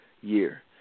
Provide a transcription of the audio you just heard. year